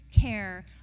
care